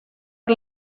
per